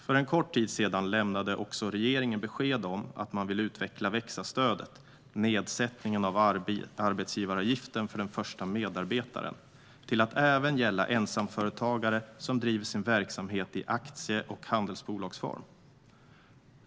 För en kort tid sedan lämnade också regeringen besked om att man vill utveckla växa-stödet - nedsättningen av arbetsgivaravgifterna för den första medarbetaren - till att även gälla ensamföretagare som driver sin verksamhet i aktiebolags eller handelsbolagsform.